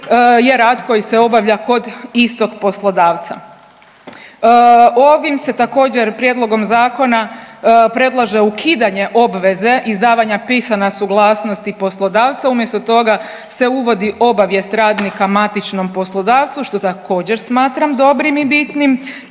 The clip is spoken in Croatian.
je rad koji se obavlja kod istog poslodavca. Ovim se također, Prijedlogom zakona predlaže ukidanje obveze izdavanja pisana suglasnosti poslodavca, umjesto toga se uvodi obavijest radnika matičnom poslodavcu, što također, smatram dobrim i bitnim